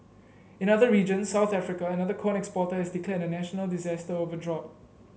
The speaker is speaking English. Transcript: in other regions South Africa another corn exporter has declared a national disaster over drought